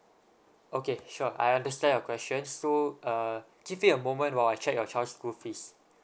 okay sure I understand your question so uh give me a moment while I check your child's school fees